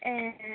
ए